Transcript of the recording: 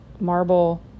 marble